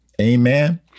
Amen